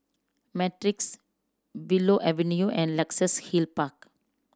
Matrix Willow Avenue and Luxus Hill Park